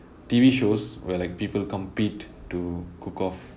T_V shows where like people compete to cook off